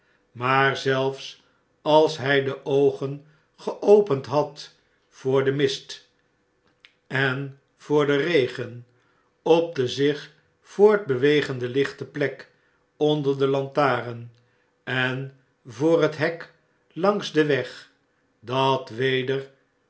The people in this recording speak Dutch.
maar zelfs als hy de oogen geopend had voor den mist en voor den regen op de zich voortbewegende lichte plek onder de lantaren en voor het hek langs den weg dat weder